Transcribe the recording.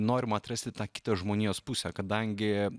norima atrasti tą kitą žmonijos pusę kadangi